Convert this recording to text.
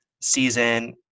season